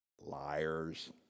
liars